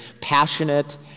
passionate